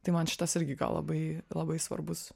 tai man šitas irgi labai labai svarbus